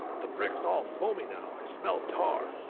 the brick's all foamy now. i smell tar.